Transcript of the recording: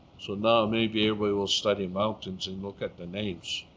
so now, maybe everybody will study mountains and look at the names.